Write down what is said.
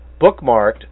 bookmarked